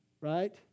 Right